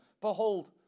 Behold